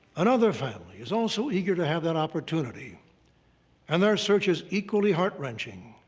another family is also eager to have that opportunity and their search is equally heart-wrenching.